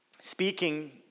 Speaking